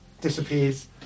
disappears